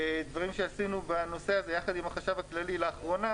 דברים שעשינו בנושא הזה יחד עם החשב הכללי לאחרונה